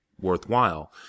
worthwhile